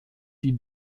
die